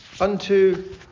unto